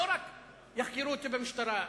לא רק יחקרו אותי במשטרה.